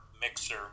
mixer